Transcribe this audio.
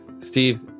Steve